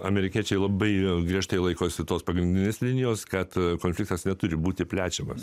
amerikiečiai labai griežtai laikosi tos pagrindinės linijos kad konfliktas neturi būti plečiamas